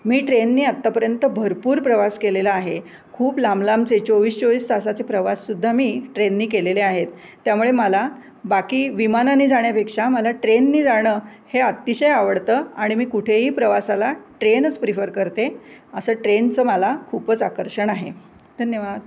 मी ट्रेनने आत्तापर्यंत भरपूर प्रवास केलेला आहे खूप लांब लांबचे चोवीस चोवीस तासाचे प्रवाससुद्धा मी ट्रेनने केलेले आहेत त्यामुळे मला बाकी विमानाने जाण्यापेक्षा मला ट्रेननी जाणं हे अतिशय आवडतं आणि मी कुठेही प्रवासाला ट्रेनच प्रिफर करते असं ट्रेनचं मला खूपच आकर्षण आहे धन्यवाद